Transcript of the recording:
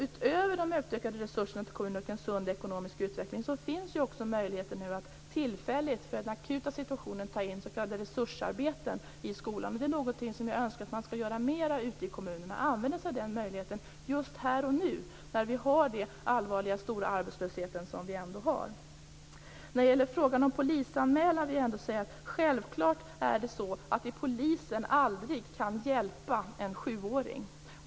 Utöver de utökade resurserna till kommunerna och en sund ekonomisk utveckling finns ju nu också möjligheten att tillfälligt, för den akuta situationen, ta in s.k. resursarbeten i skolan. Det är något som jag önskar att man skall göra mer ute i kommunerna. Man borde använda sig av denna möjlighet just här och nu när vi har den stora arbetslöshet som vi har. När det gäller frågan om polisanmälan, vill jag säga att det självklart aldrig är så att polisen kan hjälpa en sjuåring.